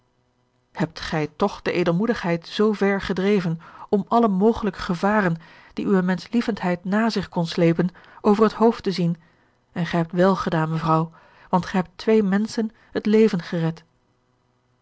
hebt gij toch de edelmoedigheid zoo ver gedreven om alle mogelijke gevaren die uwe menschlievendheid na zich kon slepen over het hoofd te zien en gij hebt wèl gedaan mevrouw want gij hebt twee menschen het leven gered